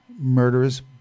murderers